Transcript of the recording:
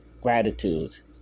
Gratitudes